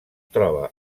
troba